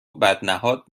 بدنهاد